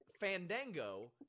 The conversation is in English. Fandango